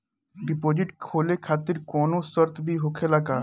Deposit खोले खातिर कौनो शर्त भी होखेला का?